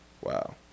Wow